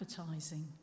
advertising